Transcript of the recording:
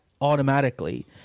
automatically